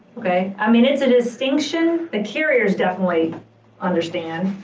okay, i mean it's a distinction that curators definitely understand.